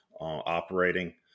operating